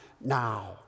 now